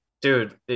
dude